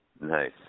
nice